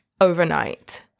overnight